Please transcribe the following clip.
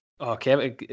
Okay